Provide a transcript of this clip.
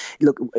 look